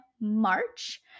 March